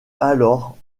alors